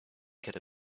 could